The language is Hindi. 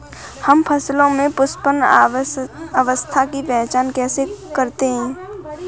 हम फसलों में पुष्पन अवस्था की पहचान कैसे करते हैं?